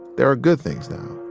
there are good things now.